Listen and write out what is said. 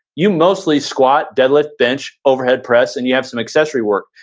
you mostly squat, deadlift bench, overhead press, and you have some accessory work.